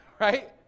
right